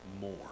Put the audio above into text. more